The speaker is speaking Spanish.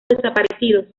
desaparecidos